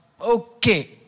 Okay